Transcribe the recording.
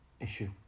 issue